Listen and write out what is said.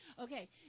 Okay